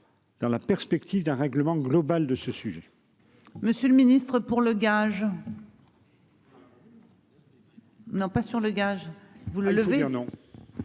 dans la perspective d'un règlement global de ce sujet.